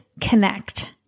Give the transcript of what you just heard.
connect